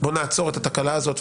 בוא נעצור את התקלה הזאת,